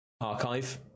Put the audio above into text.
archive